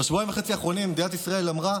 בשבועיים וחצי האחרונים מדינת ישראל אמרה: